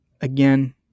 again